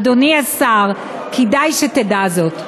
אדוני השר, כדאי שתדע זאת.